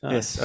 Yes